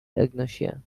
agnosia